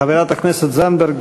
חברת הכנסת זנדברג,